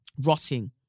Rotting